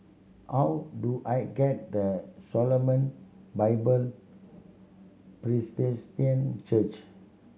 how do I get the Shalom Bible Presbyterian Church